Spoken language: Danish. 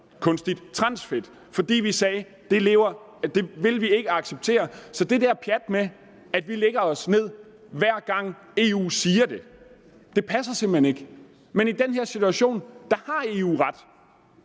kunstigt transfedt, fordi vi sagde, at det ville vi ikke acceptere. Så det der pjat med, at vi lægger os ned, hver gang EU siger noget, passer simpelt hen ikke. Men i den her situation har EU ret,